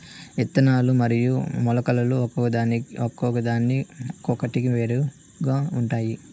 ఇత్తనాలు మరియు మొలకలు ఒకదానికొకటి వేరుగా ఉంటాయి